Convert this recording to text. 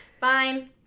Fine